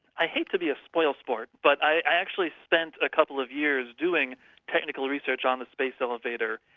i hate to be a spoilsport, but i actually spent a couple of years doing technical research on the space elevator,